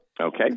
Okay